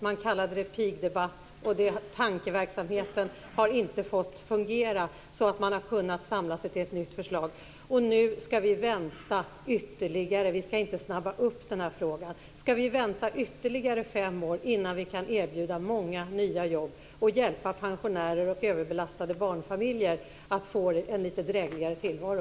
Man kallade det pigdebatt, och tankeverksamheten har inte fått fungera så att man har kunnat samla sig till ett nytt förslag. Nu skall vi vänta ytterligare. Vi skall inte snabba upp den här frågan. Skall vi vänta ytterligare fem år innan vi kan erbjuda många nya jobb och hjälpa pensionärer och överbelastade barnfamiljer att få en litet drägligare tillvaro?